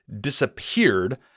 disappeared